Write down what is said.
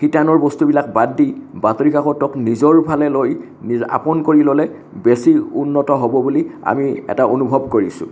শিতানৰ বস্তুবিলাক বাদ দি বাতৰি কাকতক নিজৰ ফালে লৈ নিজ আপোন কৰি ল'লে বেছি উন্নত হ'ব বুলি আমি এটা অনুভৱ কৰিছো